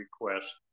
request